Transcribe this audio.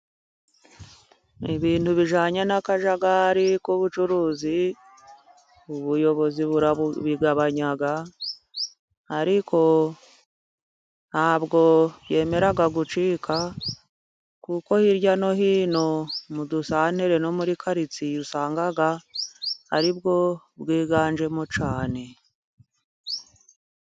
Ibintu bijyanye n'akajagari k'ubucuruzi ubuyobozi burabigabanya, ariko nta bwo bwemera gucika, kuko hirya no hino mu dusantere no muri karitsiye, usanga ari bwo bwiganjemo cyane.